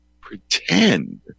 pretend